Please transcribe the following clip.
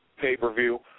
pay-per-view